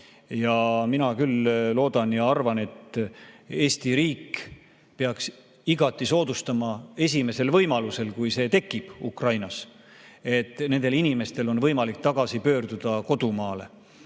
Mina küll loodan ja arvan, et Eesti riik peaks igati soodustama esimesel võimalusel, kui see Ukrainas tekib, seda, et nendel inimestel oleks võimalik tagasi pöörduda kodumaale